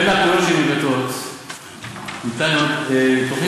בין הפעולות שננקטות ניתן למנות: תוכנית